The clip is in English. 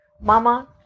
Mama